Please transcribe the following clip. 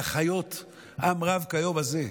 להחיות עם רב כיום הזה.